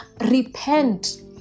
Repent